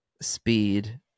speed